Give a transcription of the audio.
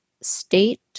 state